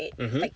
mmhmm